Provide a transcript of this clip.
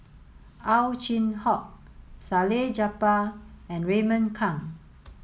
Ow Chin Hock Salleh Japar and Raymond Kang